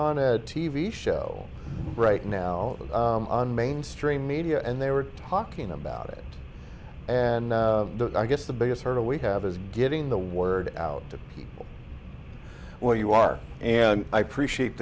on at t v show right now on mainstream media and they were talking about it and i guess the biggest hurdle we have is getting the word out to where you are and i appreciate